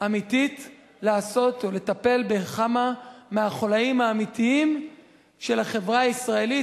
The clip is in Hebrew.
אמיתית לעשות או לטפל בכמה מהחוליים האמיתיים של החברה הישראלית,